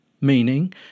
meaning